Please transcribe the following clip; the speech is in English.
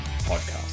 Podcast